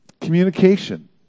Communication